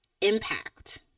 impact